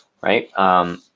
right